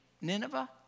Nineveh